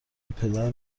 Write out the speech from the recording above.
پدر